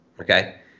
okay